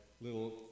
little